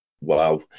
wow